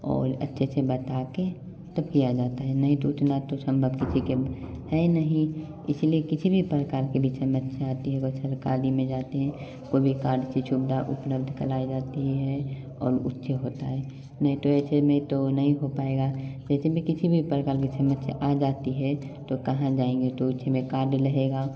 और अच्छे से बता के तब किया जाता है नहीं तो उतना तो संभव किसी के हैं नहीं इसीलिए किसी भी प्रकार के विषय में सर्दी हो सरकारी में जाते हैं कोई भी कार्ड की सुविधा उपलब्ध कराई जाती है और उसे होता है नहीं तो ऐसे में तो नहीं हो पाएगा ऐसे में किसी भी प्रकार की समस्या आ जाती है तो कहाँ जाएँगे तो उसमें कार्ड रहेगा हैं